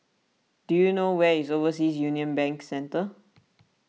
do you know where is Overseas Union Bank Centre